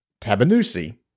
Tabanusi